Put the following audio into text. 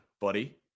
buddy